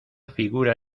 figura